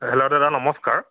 hello দাদা নমস্কাৰ